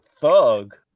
thug